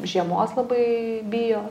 žiemos labai bijo